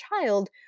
child